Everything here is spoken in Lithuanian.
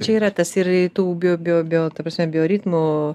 čia yra tas ir tų bio bio bio ta prasme bioritmų